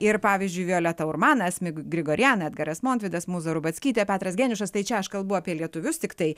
ir pavyzdžiui violeta urmana asmik grigorian edgaras montvidas mūza rubackytė petras geniušas tai čia aš kalbu apie lietuvius tiktai